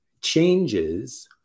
changes